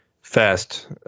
fast